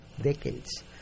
decades